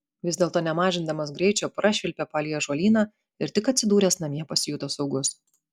vis dėlto nemažindamas greičio prašvilpė palei ąžuolyną ir tik atsidūręs namie pasijuto saugus